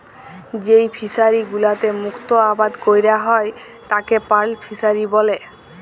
যেই ফিশারি গুলোতে মুক্ত আবাদ ক্যরা হ্যয় তাকে পার্ল ফিসারী ব্যলে